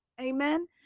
Amen